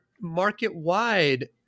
market-wide